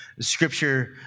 Scripture